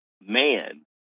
man